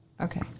Okay